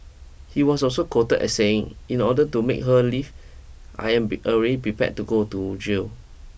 he was also quoted as saying in order to make her leave I am be already be prepared to go to jail